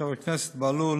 חבר הכנסת בהלול,